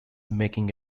marking